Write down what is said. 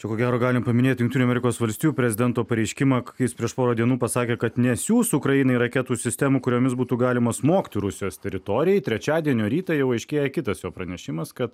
čia ko gero galim paminėti jungtinių amerikos valstijų prezidento pareiškimą kai jis prieš porą dienų pasakė kad nesiųs ukrainai raketų sistemų kuriomis būtų galima smogti rusijos teritorijai trečiadienio rytą jau aiškėja kitas jo pranešimas kad